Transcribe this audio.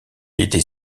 était